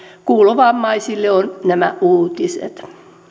kuulovammaisille on nämä uutiset